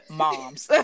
moms